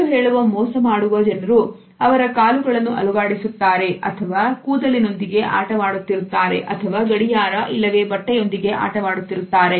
ಸುಳ್ಳು ಹೇಳುವ ಮೋಸ ಮಾಡುವ ಜನರು ಅವರ ಕಾಲುಗಳನ್ನು ಅಲುಗಾಡಿಸುತ್ತಾರೆ ಅಥವಾ ಕೂದಲಿನೊಂದಿಗೆ ಆಟವಾಡುತ್ತಿರುತ್ತಾರೆ ಅಥವಾ ಗಡಿಯಾರ ಇಲ್ಲವೇ ಬಟ್ಟೆಯೊಂದಿಗೆ ಆಟವಾಡುತ್ತಿರುತ್ತಾರೆ